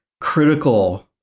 critical